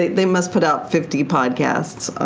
they must put out fifty podcasts.